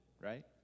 right